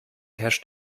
herrscht